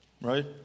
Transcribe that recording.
Right